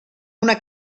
una